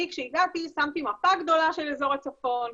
כשאני הגעתי שמתי מפה גדולה של אזור הצפון,